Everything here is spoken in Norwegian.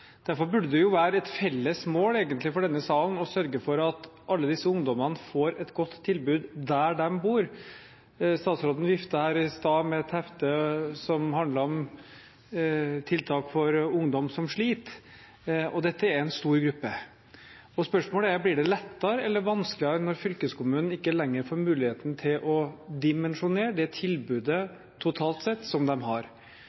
Derfor burde det egentlig være et felles mål for denne salen å sørge for at alle disse ungdommene får et godt tilbud der de bor. Statsråden viftet her i stad med et hefte som handler om tiltak for ungdom som sliter, og dette er en stor gruppe. Spørsmålet er: Blir det lettere eller vanskeligere når fylkeskommunen ikke lenger får muligheten til å dimensjonere det tilbudet totalt sett som de har?